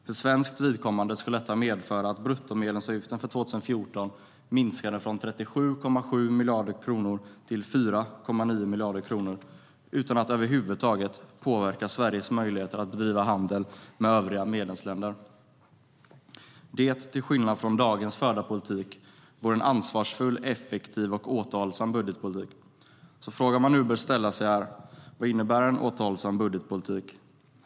För svenskt vidkommande skulle detta medföra att bruttomedlemsavgiften för 2014 minskade från 37,7 miljarder kronor till 4,9 miljarder kronor utan att över huvud taget påverka Sveriges möjligheter att bedriva handel med övriga medlemsländer. Det, till skillnad från dagens förda politik, vore en ansvarsfull, effektiv och återhållsam budgetpolitik. Frågan man nu bör ställa sig är alltså: Vad innebär en återhållsam budgetpolitik?